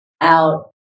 out